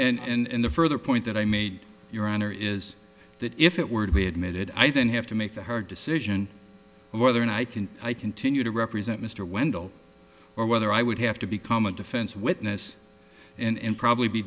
yes and the further point that i made your honor is that if it were to be admitted i then have to make the hard decision of whether or not i can i continue to represent mr wendel or whether i would have to become a defense witness and probably be